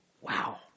wow